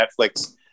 Netflix